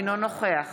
אינו נוכח